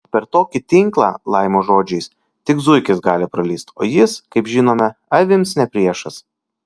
per tokį tinklą laimo žodžiais tik zuikis gali pralįsti o jis kaip žinome avims ne priešas